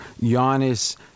Giannis